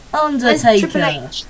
Undertaker